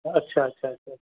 अच्छा अच्छा अच्छा